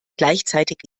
gleichzeitig